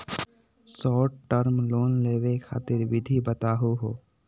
Short term loan लेवे खातीर विधि बताहु हो?